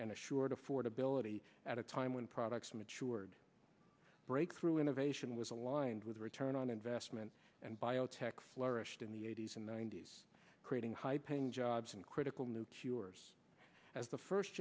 and assured affordability at a time when products mature breakthrough innovation was aligned with the return on investment and biotech flourished in the eighty's and ninety's creating high paying jobs and critical new cures as the first